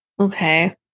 Okay